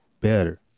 better